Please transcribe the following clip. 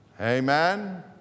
Amen